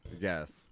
Yes